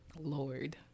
Lord